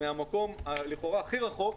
מהמקום לכאורה הכי רחוק,